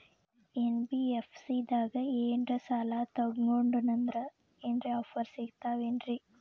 NBFC ದಾಗ ಏನ್ರ ಸಾಲ ತೊಗೊಂಡ್ನಂದರ ಏನರ ಆಫರ್ ಸಿಗ್ತಾವೇನ್ರಿ?